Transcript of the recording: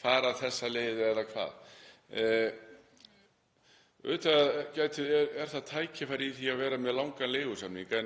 fara þessa leið eða hvað. Auðvitað er tækifæri í því að vera með langa leigusamninga.